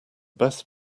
best